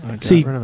See